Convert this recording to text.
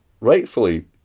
rightfully